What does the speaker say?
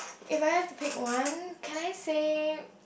if I have to pick one can I say